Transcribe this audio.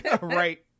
Right